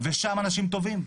ושם אנשים טובעים.